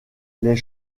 les